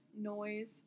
noise